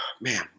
man